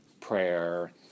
prayer